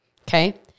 okay